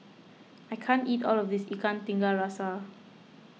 I can't eat all of this Ikan Tiga Rasa